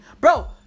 Bro